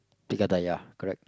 yeah correct